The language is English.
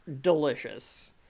delicious